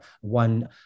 one